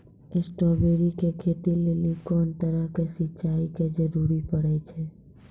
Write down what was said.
Strawberry के खेती लेली कोंन तरह के सिंचाई के जरूरी पड़े छै?